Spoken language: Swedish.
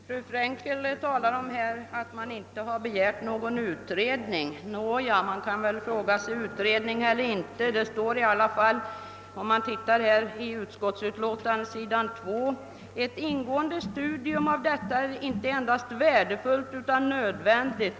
Herr talman! Fru Frenkel talar om att motionärerna inte har begärt någon utredning. Nåja, utredning eller inte; det står i alla fall på s. 2 i utlåtandet: »Ett ingående studium av detta är inte endast värdefullt utan nödvändigt.